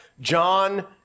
John